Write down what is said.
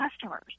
customers